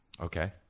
Okay